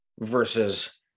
versus